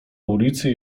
ulicy